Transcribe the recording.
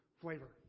flavor